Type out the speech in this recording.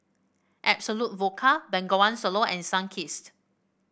Absolut Vodka Bengawan Solo and Sunkist